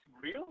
real